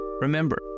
Remember